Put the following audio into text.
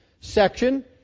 section